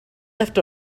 left